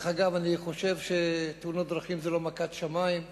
דרך אגב, אני חושב שתאונות דרכים הן לא מכה משמים,